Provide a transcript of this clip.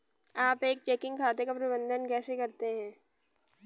आप एक चेकिंग खाते का प्रबंधन कैसे करते हैं?